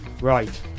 right